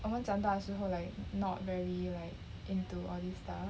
我们长大之后 like not very right into all this stuff